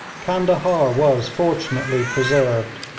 candahar was fortunately preserved,